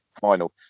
final